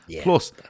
Plus